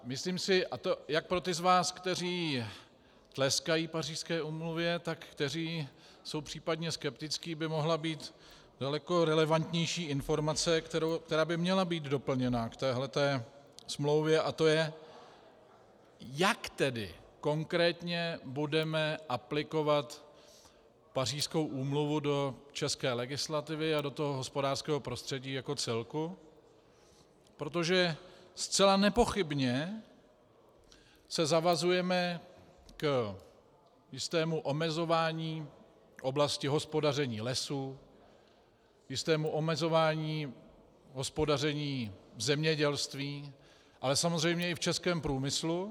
Myslím si, a to jak pro ty z vás, kteří tleskají Pařížské úmluvě, tak kteří jsou případně skeptičtí, by mohla být daleko relevantnější informace, která by měla být doplněna k téhle smlouvě, a to je, jak tedy konkrétně budeme aplikovat Pařížskou úmluvu do české legislativy a do hospodářského prostředí jako celku, protože zcela nepochybně se zavazujeme k jistému omezování v oblasti hospodaření lesů, jistému omezování hospodaření v zemědělství, ale samozřejmě i v českém průmyslu.